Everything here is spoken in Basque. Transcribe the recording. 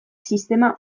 sistema